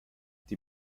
die